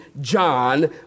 John